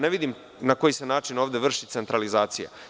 Ne vidim na koji se način ovde vrši centralizacija.